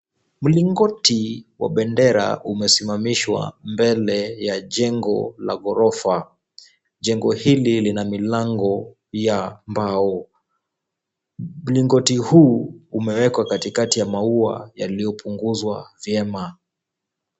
Mlingoti wa bendera umesimamishwa mbele ya jengo la ghorofa. Jengo hili lina milango ya mbao. Mlingoti huu umewekwa katikati ya maua uliopunguzwa vyema.